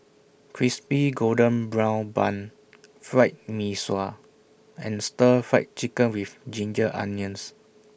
Crispy Golden Brown Bun Fried Mee Sua and Stir Fried Chicken with Ginger Onions